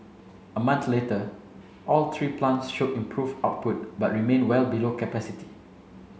a month later all three plants showed improved output but remained well below capacity